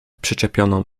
przyczepioną